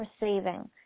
receiving